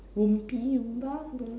Wormpy Loompa don't know